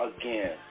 Again